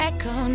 Echo